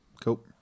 Cool